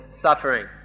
suffering